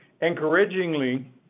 Encouragingly